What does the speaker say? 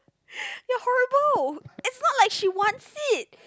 you're horrible it's not like she wants it